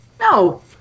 No